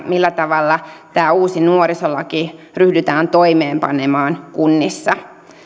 millä tavalla tämä uusi nuorisolaki ryhdytään toimeenpanemaan kunnissa